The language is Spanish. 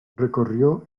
recorrió